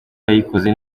yayikoze